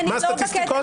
מה הסטטיסטיקות?